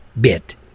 bit